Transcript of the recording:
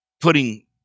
putting